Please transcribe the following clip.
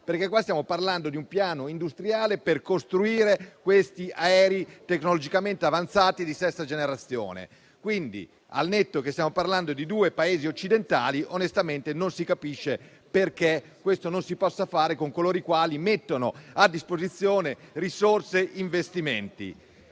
perché qui stiamo parlando di un piano industriale per costruire aerei tecnologicamente avanzati di sesta generazione. Al netto del fatto che stiamo parlando di due Paesi occidentali, onestamente non si capisce perché questo non si possa fare con coloro i quali mettono a disposizione risorse e investimenti.